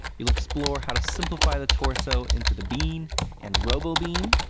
you'll explore how to simplify the torso into the bean and robo bean,